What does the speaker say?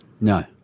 No